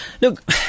Look